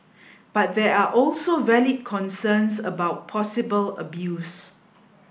but there are also valid concerns about possible abuse